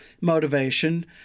motivation